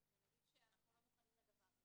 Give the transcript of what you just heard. ונגיד שאנחנו לא מוכנים לדבר הזה.